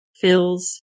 fills